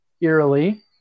eerily